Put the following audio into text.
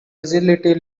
agility